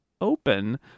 open